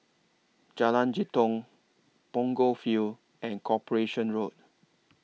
Jalan Jitong Punggol Field and Corporation Road